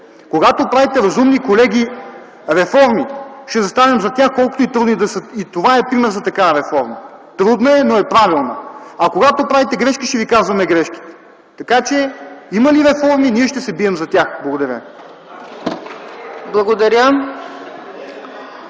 когато правите разумни реформи, ще застанем зад тях колкото и трудни да са! И това е пример за такава реформа – трудна е, но е правилна. А когато правите грешки, ще ви казваме грешките! Така че има ли реформи, ние ще се бием за тях! Благодаря.